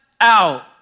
out